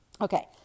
okay